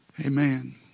Amen